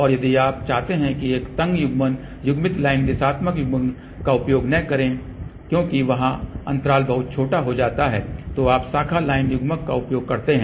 और यदि आप चाहते हैं कि एक तंग युग्मन युग्मित लाइन दिशात्मक युग्मन का उपयोग न करें क्योंकि वहाँ अंतराल बहुत छोटा हो जाता है तो आप शाखा लाइन युग्मक का उपयोग करते हैं